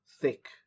thick